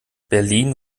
berlin